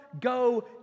go